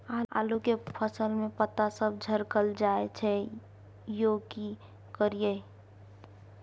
आलू के फसल में पता सब झरकल जाय छै यो की करियैई?